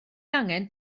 angen